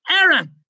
Aaron